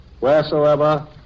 wheresoever